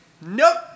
Nope